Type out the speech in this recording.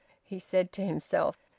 he said to himself,